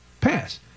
pass